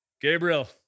Gabriel